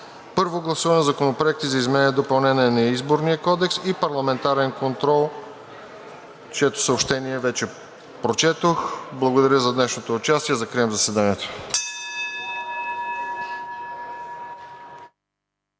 Първо гласуване на законопроекти за изменение и допълнение на Изборния кодекс и парламентарен контрол, чието съобщение вече прочетох. Благодаря за днешното участие. Закривам заседанието.